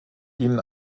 ihnen